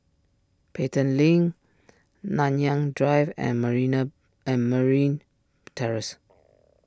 Pelton Link Nanyang Drive and marina and Marine Terrace